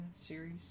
series